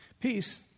Peace